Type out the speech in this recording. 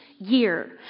year